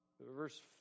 Verse